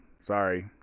Sorry